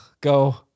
Go